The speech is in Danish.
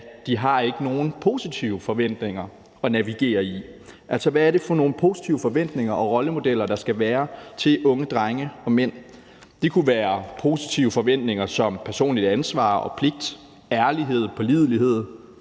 de ikke har nogen positive forventninger at navigere i. Hvad er det for nogle positive forventninger og rollemodeller, der skal være til unge drenge og mænd? Det kunne være positive forventninger som personligt ansvar og pligt, ærlighed, pålidelighed,